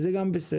וזה גם בסדר.